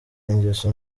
ingeso